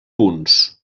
punts